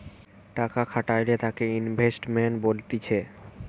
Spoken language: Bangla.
টাকা খাটাইলে তাকে ইনভেস্টমেন্ট বলতিছে